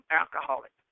alcoholic